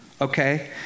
Okay